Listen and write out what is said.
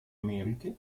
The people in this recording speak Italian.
americhe